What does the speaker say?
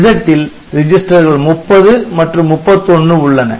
Z ல் ரிஜிஸ்டர்கள் 30 மற்றும் 31 உள்ளன